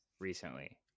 recently